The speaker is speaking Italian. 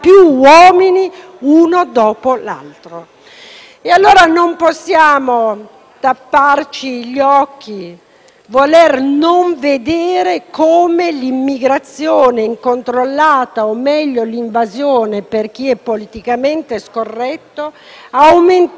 l'altro? Non possiamo dunque tapparci gli occhi né non voler vedere come l'immigrazione incontrollata - o meglio l'invasione, per chi è politicamente scorretto - abbia aumentato i casi di violenza sulle donne.